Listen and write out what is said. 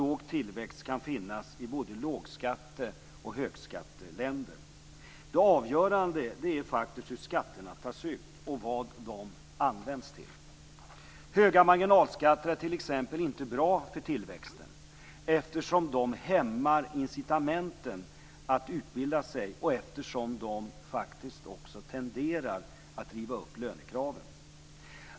Låg tillväxt kan finnas i både lågskatte och högskatteländer. Det avgörande är hur skatterna tas ut och vad de används till. Höga marginalskatter är t.ex. inte bra för tillväxten, eftersom de hämmar incitamenten att utbilda sig och eftersom de också tenderar att driva upp lönekraven.